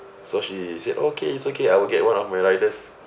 so she said okay it's okay I will get one of my riders